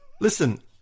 Listen